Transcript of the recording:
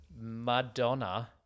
Madonna